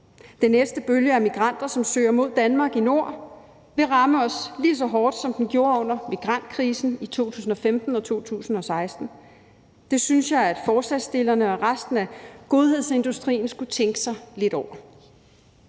Den næste bølge af migranter, som søger mod Danmark i Nord, vil ramme os lige så hårdt, som den gjorde under migrantkrisen i 2015 og 2016. Det synes jeg at forslagsstillerne og resten af godhedsindustrien skulle tænke lidt over.